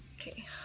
Okay